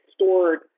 stored